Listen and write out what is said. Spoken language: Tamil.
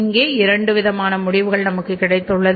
இங்கே இரண்டு விதமான முடிவுகள் நமக்கு கிடைத்துள்ளது